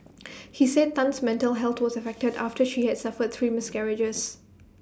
he said Tan's mental health was affected after she had suffered three miscarriages